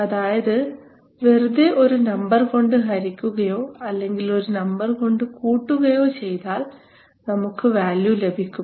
അതായത് വെറുതെ ഒരു നമ്പർ കൊണ്ട് ഹരിക്കുകയോ അല്ലെങ്കിൽ ഒരു നമ്പർ കൂടുകയോ ചെയ്താൽ നമുക്ക് വാല്യൂ ലഭിക്കും